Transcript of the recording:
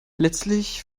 letztlich